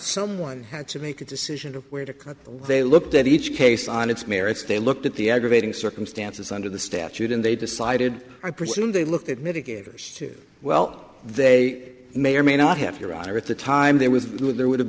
someone had to make a decision of where to cut they looked at each case on its merits they looked at the aggravating circumstances under the statute and they decided i presume they look at mitigators well they may or may not have your honor at the time there was there would have